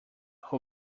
who